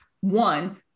one